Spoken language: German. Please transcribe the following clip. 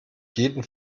jeden